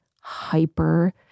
hyper